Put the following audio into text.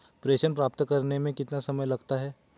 प्रेषण प्राप्त करने में कितना समय लगता है?